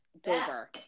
Dover